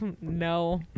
no